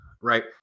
right